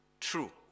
true